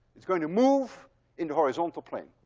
it's going to move in the horizontal plane.